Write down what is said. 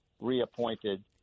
reappointed